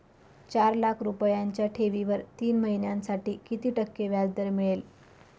चार लाख रुपयांच्या ठेवीवर तीन महिन्यांसाठी किती टक्के व्याजदर मिळेल?